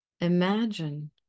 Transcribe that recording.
imagine